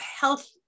health